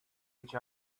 each